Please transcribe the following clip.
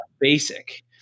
basic